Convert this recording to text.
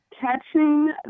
catching